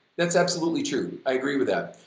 that's absolutely true. i agree with that.